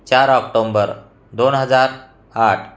चार ऑक्टोंबर दोन हजार आठ